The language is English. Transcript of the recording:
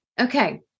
okay